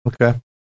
Okay